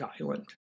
Island